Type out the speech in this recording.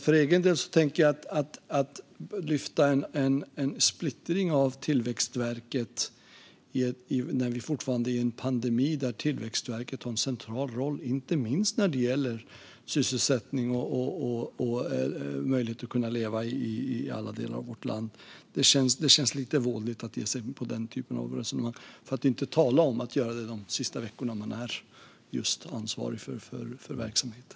För egen del tänker jag att det känns lite vådligt - för att inte tala om hur vådligt det känns att göra det de sista veckorna man är ansvarig för verksamheten - att ge sig in på den typ av resonemang där man lyfter en splittring av Tillväxtverket. Vi är fortfarande i en pandemi, där Tillväxtverket har en central roll, inte minst när det gäller sysselsättning och möjlighet att leva i alla delar av vårt land.